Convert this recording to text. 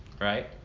Right